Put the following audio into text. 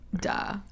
Duh